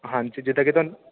ਹਾਂਜੀ ਜਿੱਦਾਂ ਕਿ ਤੁਹਾਨੂੰ